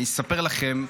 אני אספר לכם,